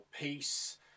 peace